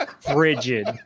frigid